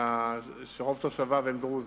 שרוב תושביו דרוזים,